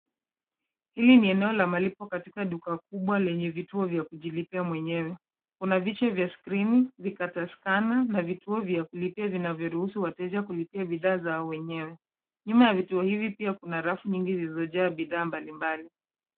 Hili ni eneo la malipo katika duka kubwa lenye vituo vya kujilipia mwenyewe. Kuna vitu vya skrini, vikataskana na vituo vya kulipa vinavyo ruhusu wateja kulipa bidhaa zao wenyewe. Nyuma ya vituo hivi pia kuna rafu nyingi zilizo jaa bidhaa mbali mbali.